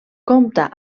compta